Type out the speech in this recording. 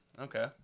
okay